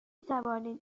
توانید